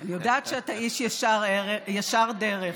אני יודעת שאתה איש ישר דרך,